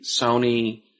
Sony